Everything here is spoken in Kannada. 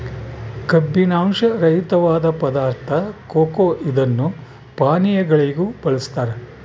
ಕಬ್ಬಿನಾಂಶ ರಹಿತವಾದ ಪದಾರ್ಥ ಕೊಕೊ ಇದನ್ನು ಪಾನೀಯಗಳಿಗೂ ಬಳಸ್ತಾರ